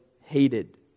hated